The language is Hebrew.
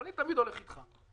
אני תמיד הולך איתך.